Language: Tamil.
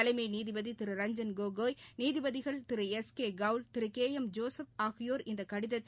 தலைம்நீதிபதிதிரு ரஞ்ஜன் கோகாய் நீதிபதிகள் திரு எஸ் கேகவுல் திருகேளம் ஜோசப் ஆகியோர் இந்தகடிதத்தை